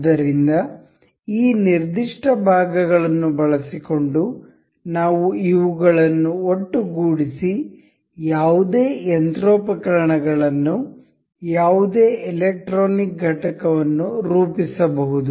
ಆದ್ದರಿಂದ ಈ ನಿರ್ದಿಷ್ಟ ಭಾಗಗಳನ್ನು ಬಳಸಿಕೊಂಡು ನಾವು ಇವುಗಳನ್ನು ಒಟ್ಟುಗೂಡಿಸಿ ಯಾವುದೇ ಯಂತ್ರೋಪಕರಣಗಳನ್ನು ಯಾವುದೇ ಎಲೆಕ್ಟ್ರಾನಿಕ್ ಘಟಕವನ್ನು ರೂಪಿಸಬಹುದು